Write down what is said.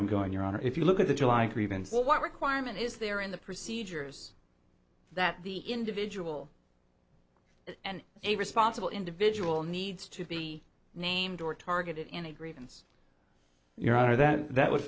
i'm going your honor if you look at the july grievances what requirement is there in the procedures that the individual and a responsible individual needs to be named or targeted in a grievance your honor that that would